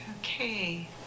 Okay